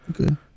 Okay